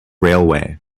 railway